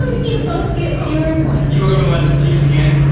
ah you both get zero points. you were gonna let us choose again?